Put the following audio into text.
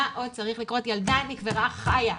ילדה נקברה חיה.